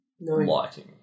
lighting